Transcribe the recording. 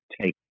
take